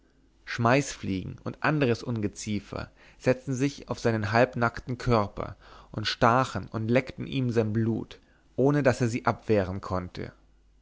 schmeißfliegen und anderes ungeziefer setzten sich auf seinen halbnackten körper und stachen und leckten sein blut ohne daß er sie abwehren konnte